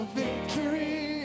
victory